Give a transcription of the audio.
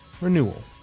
renewal